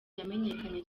yamenyekanye